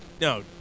No